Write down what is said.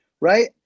Right